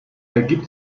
ergibt